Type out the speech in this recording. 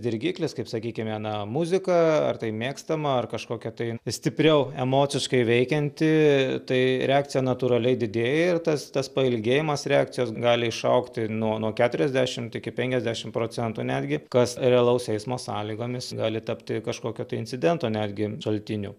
dirgiklis kaip sakykime na muzika ar tai mėgstama ar kažkokia tai stipriau emociškai veikianti tai reakcija natūraliai didėja ir tas tas pailgėjimas reakcijos gali išaugti nuo nuo keturiasdešimt iki penkiasdešimt procentų netgi kas realaus eismo sąlygomis gali tapti kažkokio tai incidento netgi šaltiniu